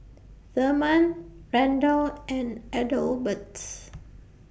Therman Randell and Adelbert